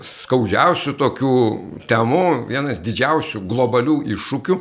skaudžiausių tokių temų vienas didžiausių globalių iššūkių